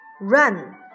run